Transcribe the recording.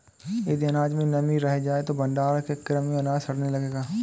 यदि अनाज में नमी रह जाए तो भण्डारण के क्रम में अनाज सड़ने लगेगा